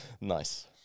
Nice